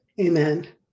amen